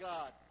God